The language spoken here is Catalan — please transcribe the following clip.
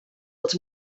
els